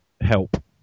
help